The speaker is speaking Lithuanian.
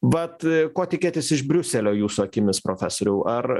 vat ko tikėtis iš briuselio jūsų akimis profesoriau ar